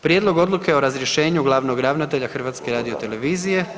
Prijedlog odluke o razrješenju glavnog ravnatelja HRT-a.